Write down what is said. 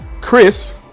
chris